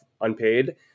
unpaid